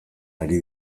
ari